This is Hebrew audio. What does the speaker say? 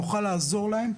נוכל לעזור להם,